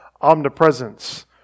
omnipresence